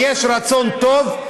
ויש רצון טוב,